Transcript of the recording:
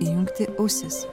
įjungti ausis